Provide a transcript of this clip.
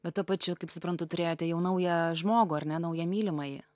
bet tuo pačiu kaip suprantu turėjote jau naują žmogų ar ne naują mylimąjį